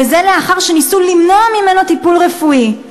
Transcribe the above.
וזה לאחר שניסו למנוע ממנו טיפול רפואי.